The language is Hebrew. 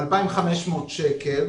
2,500 שקלים,